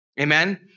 Amen